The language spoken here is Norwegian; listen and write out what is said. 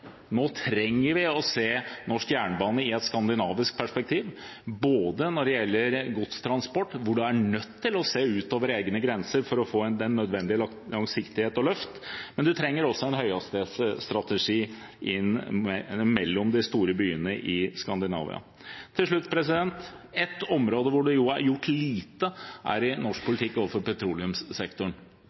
Nå trenger vi å se norsk jernbane i et skandinavisk perspektiv, når det gjelder godstransport, hvor vi er nødt til å se utover våre egne grenser for å få nødvendig langsiktighet og løft, og man trenger også en høyhastighetsstrategi for de store byene i Skandinavia. Til slutt: Ett område hvor det er gjort lite, er norsk politikk overfor petroleumssektoren.